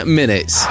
minutes